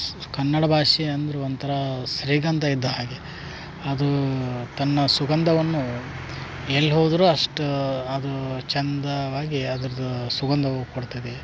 ಕನ್ನಡ ಭಾಷೆ ಅಂದ್ರು ಒಂಥರಾ ಸ್ರೀಗಂಧ ಇದ್ದ ಹಾಗೆ ಅದು ತನ್ನ ಸುಗಂಧವನ್ನು ಎಲ್ಲಿ ಹೋದರೂ ಅಷ್ಟೆ ಅದು ಚಂದವಾಗಿ ಅದರದ್ದು ಸುಗಂಧವು ಕೊಡ್ತದೆ